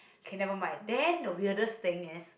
okay nevermind then the weirdest thing is